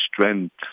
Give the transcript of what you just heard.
strength